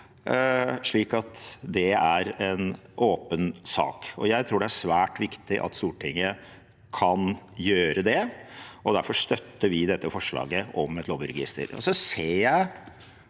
slik at det er en åpen sak. Jeg tror det er svært viktig at Stortinget kan gjøre det, og derfor støtter vi dette forslaget om et lobbyregister.